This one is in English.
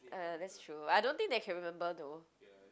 uh that's true I don't think they can remember though